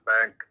Bank